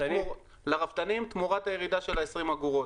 לרפתנים תמורת הירידה של ה-20 אגורות.